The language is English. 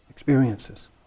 Experiences